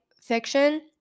fiction